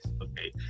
Okay